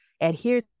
adhere